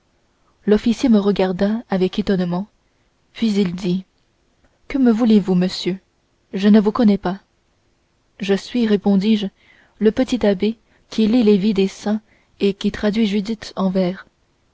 l'officier me regarda avec étonnement puis il dit que me voulez-vous monsieur je ne vous connais pas je suis répondis-je le petit abbé qui lit les vies des saints et qui traduit judith en vers